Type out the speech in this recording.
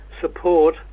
support